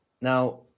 Now